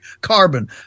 carbon